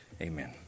amen